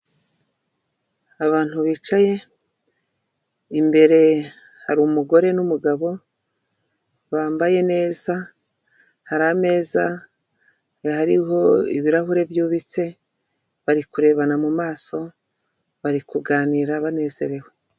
Abantu bicaye imbere hari umugore n'umugabo bambaye neza, hari ameza ariho ibirahure byubitse, bari kurebana mu maso bari kuganira banezerewe.